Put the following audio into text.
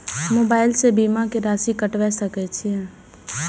Mobile से बीमा के राशि कटवा सके छिऐ?